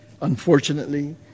unfortunately